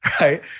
right